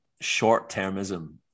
short-termism